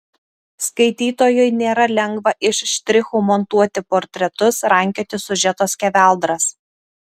skaitytojui nėra lengva iš štrichų montuoti portretus rankioti siužeto skeveldras